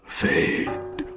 fade